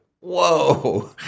whoa